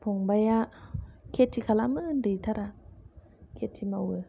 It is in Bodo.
फंबाइया खेथि खालामो उन्दैथारा खेथि मावो